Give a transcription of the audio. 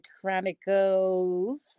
Chronicles